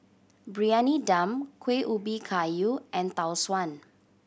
Briyani Dum Kuih Ubi Kayu and Tau Suan